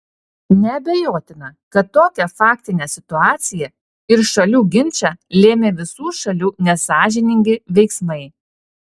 neabejotina kad tokią faktinę situaciją ir šalių ginčą lėmė visų šalių nesąžiningi veiksmai